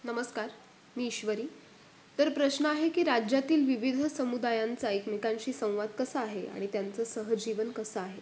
नमस्कार मी ईश्वरी तर प्रश्न आहे की राज्यातील विविध समुदायांचा एकमेकांशी संवाद कसा आहे आणि त्यांचं सहजीवन कसं आहे